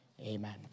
Amen